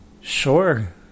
Sure